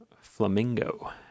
Flamingo